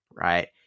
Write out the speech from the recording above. Right